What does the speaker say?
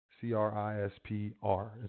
C-R-I-S-P-R